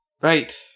right